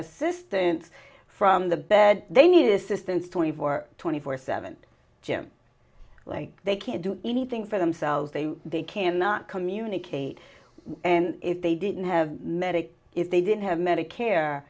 assistance from the bed they need assistance twenty four twenty four seven jim like they can't do anything for themselves they they cannot communicate and if they didn't have medic if they didn't have medicare